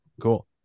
cool